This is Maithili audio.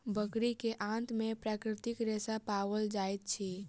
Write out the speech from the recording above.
बकरी के आंत में प्राकृतिक रेशा पाओल जाइत अछि